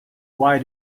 why